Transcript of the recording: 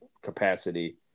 capacity